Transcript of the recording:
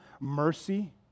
Mercy